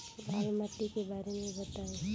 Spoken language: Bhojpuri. लाल माटी के बारे में बताई